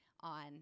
on